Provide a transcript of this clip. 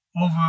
over